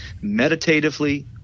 meditatively